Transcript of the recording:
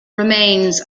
remains